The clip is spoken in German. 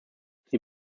sie